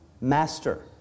Master